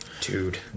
dude